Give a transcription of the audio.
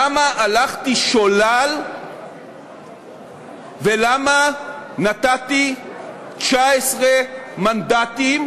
למה הלכתי שולל ולמה נתתי 19 מנדטים